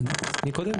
כי אנחנו סבורים